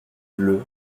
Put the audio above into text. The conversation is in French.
bleue